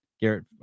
Garrett